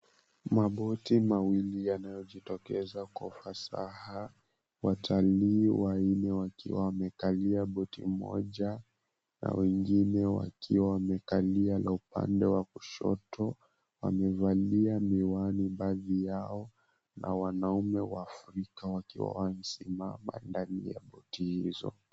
Maboti mawili yanayojitokeza kwa ufasaha, watalii wawili wakiwa wamekalia boti moja, na wengine wakiwa wamekalia la upande wa kushoto, wamevalia miwani baadhi yao, na wanaume waafrika, wakiwa wamesimama ndani ya boti hizo.